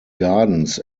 gardens